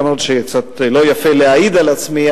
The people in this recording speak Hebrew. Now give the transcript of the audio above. אף-על-פי שקצת לא יפה להעיד על עצמי,